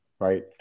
Right